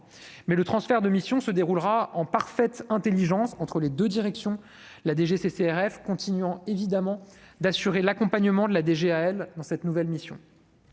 mais le transfert de missions se déroulera en parfaite Intelligence entre les de direction la DGCCRF continuons évidemment d'assurer l'accompagnement de la DGAL dans cette nouvelle mission,